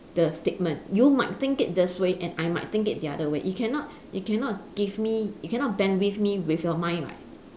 the statement you might think it this way and I might think it the other way you cannot you cannot give me you cannot bend with me with your mind what